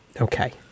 okay